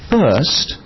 First